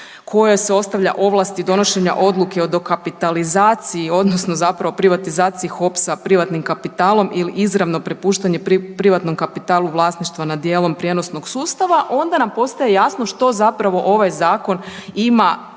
kojoj se ostavlja ovlasti donošenja odluke o dokapitalizaciji odnosno zapravo privatizaciji HOPS-a privatnim kapitalom ili izravno prepuštanje privatnom kapitalu vlasništava nad dijelom prijenosnog sustava, onda nam postaje jasno što zapravo ovaj zakon ima